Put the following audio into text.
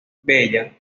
bella